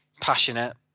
passionate